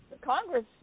Congress